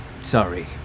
sorry